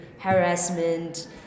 harassment